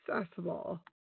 accessible